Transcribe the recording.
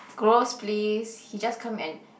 gross please he just come and